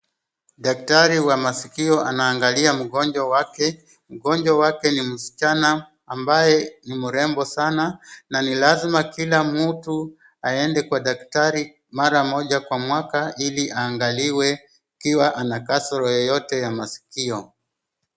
Daktari wa maskio anaangalia mgonjwa wake. Mgonjwa wake ni msichana ambaye ni mrembo sana, na ni lazma kila mtu aende kwa daktari mara moja kwa mwaka ili aangaliwe ikiwa ana kasoro yoyote ya maskio.